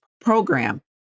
program